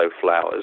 flowers